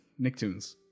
Nicktoons